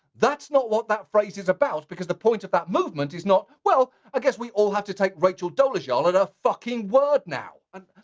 that's not what that phrase is about, because the point of that movement is not well, i guess we all have to take rachel dolezal at her fucking word now. and,